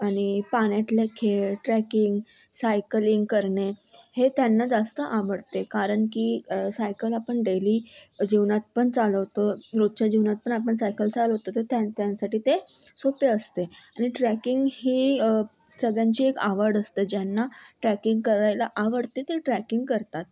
आणि पाण्यातले खेळ ट्रॅकिंग सायकलिंग करणे हे त्यांना जास्त आवडते कारण की सायकल आपण डेली जीवनात पण चालवतो रोजच्या जीवनात पण आपण सायकल चालवतो तर त्यां त्यासाठी ते सोपे असते आणि ट्रॅकिंग ही सगळ्यांची एक आवड असते ज्यांना ट्रॅकिंग करायला आवडते ते ट्रॅकिंग करतात